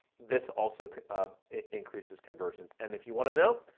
this also increases conversions. and if you wanna know,